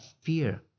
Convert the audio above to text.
fear